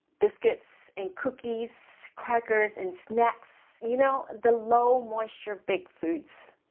biscuits and cookies, crackers and snacks, you know, the low-moisture big foods.